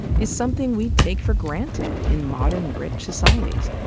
is something we take for granted in modern, rich societies.